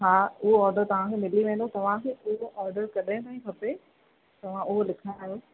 हा उहो ऑडर तव्हांखे मिली वेंदो तव्हांखे कहिड़ो ऑडर कॾहिं ताईं खपे तव्हां उहो लिखायो